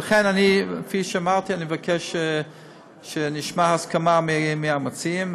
וכן, כפי שאמרתי, אני מבקש שנשמע הסכמה מהמציעים.